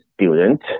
student